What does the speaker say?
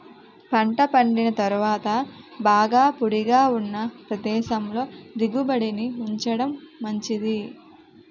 పంట పండిన తరువాత బాగా పొడిగా ఉన్న ప్రదేశంలో దిగుబడిని ఉంచడం మంచిది